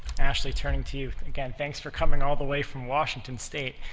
ashley, turning to you, again, thanks for coming all the way from washington state.